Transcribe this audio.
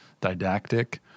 didactic